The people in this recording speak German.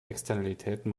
externalitäten